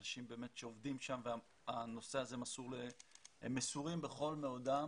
שם אנשים שבאמת עובדים והם מסורים בכל מאודם